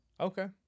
Okay